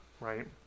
right